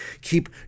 keep